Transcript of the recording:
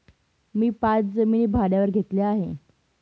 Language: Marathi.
मी पाच जमिनी भाड्यावर घेतल्या आहे